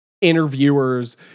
Interviewers